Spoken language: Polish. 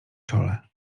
czole